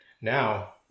now